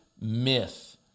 myth